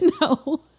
No